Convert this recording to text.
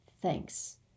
thanks